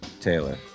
Taylor